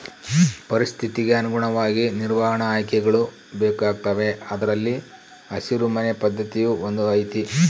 ಪರಿಸ್ಥಿತಿಗೆ ಅನುಗುಣವಾಗಿ ನಿರ್ವಹಣಾ ಆಯ್ಕೆಗಳು ಬೇಕಾಗುತ್ತವೆ ಅದರಲ್ಲಿ ಹಸಿರು ಮನೆ ಪದ್ಧತಿಯೂ ಒಂದು ಐತಿ